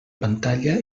pantalla